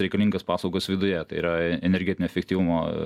reikalingas paslaugas viduje tai yra energetinio efektyvumo